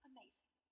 Amazing